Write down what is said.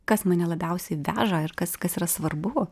kas mane labiausiai veža ir kas kas yra svarbu